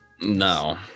no